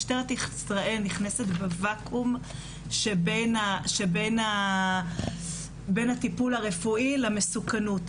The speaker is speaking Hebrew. משטרת ישראל נכנסת בוואקום שבין הטיפול הרפואי למסוכנות.